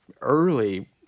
early